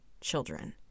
children